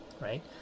right